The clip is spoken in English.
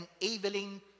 enabling